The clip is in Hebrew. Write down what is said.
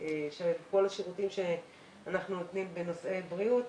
כל השירותים שאנחנו נותנים בנושאי בריאות,